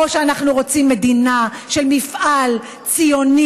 או שאנחנו רוצים מדינה של מפעל ציוני,